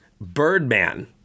Birdman